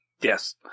Yes